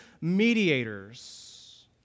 mediators